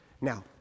Now